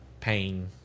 pain